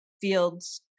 fields